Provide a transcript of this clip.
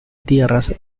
tierras